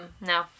No